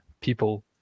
people